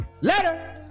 Later